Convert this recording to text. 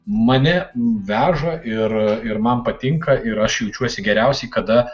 mane veža ir ir man patinka ir aš jaučiuosi geriausiai kada